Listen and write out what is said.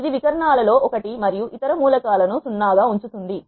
ఇది వికరణాల లో 1 మరియు ఇతర మూలకాలను 0 గా ఉంచుతుంది